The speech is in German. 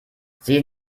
sehen